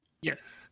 Yes